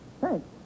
Thanks